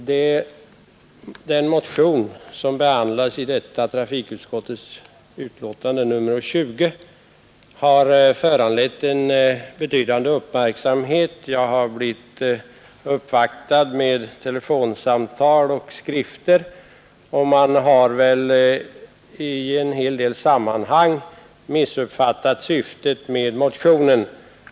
Herr talman! Den motion som behandlas i trafikutskottets betänkande nr 20 har föranlett en betydande uppmärksamhet. Jag har blivit uppvaktad med telefonsamtal och skrifter. I en hel del sammanhang har man väl missuppfattat syftet med motionen.